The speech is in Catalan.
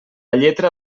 lletra